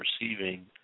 receiving